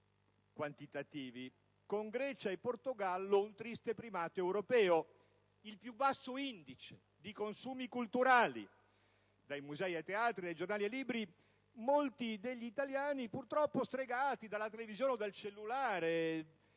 quantitativi - con Grecia e Portogallo un triste primato europeo: il più basso indice di consumi culturali. Dai musei ai teatri, dai giornali e libri, molti degli italiani - stregati dalla televisione o dal cellulare